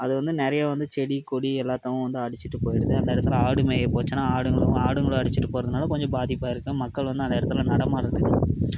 அது வந்து நிறையா வந்து செடி கொடி எல்லாத்தவும் வந்து அடிச்சிகிட்டு போயிடுது அந்த இடத்துல ஆடு மேய போச்சுன்னா ஆடுங்களும் ஆடுங்களும் அடிச்சிகிட்டு போறதுனால் கொஞ்சம் பாதிப்பாக இருக்கு மக்கள் வந்து அந்த இடத்துல நடமாடுறது இல்லை